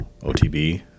OTB